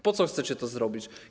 Po co chcecie to zrobić?